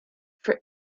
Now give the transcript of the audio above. for